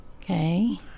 Okay